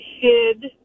hid